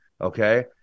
okay